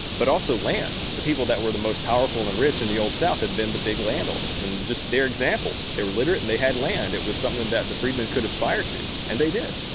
but also land. the people that were the most powerful and rich in the old south had been the big landowners, and just their example, they were literate and they had land. it was something that the freedmen could aspire to, and they did.